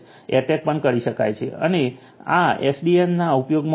attack પણ કરી શકાય છે અને આપણે એસડીએન ના ઉપયોગમાં ડી